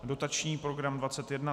Dotační program 21.